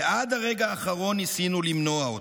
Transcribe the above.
ועד הרגע האחרון ניסינו למנוע אותה,